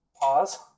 pause